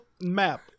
map